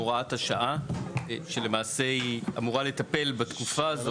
הוראת השעה, שלמעשה היא אמורה לטפל בתקופה הזאת.